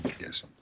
Yes